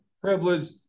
privileged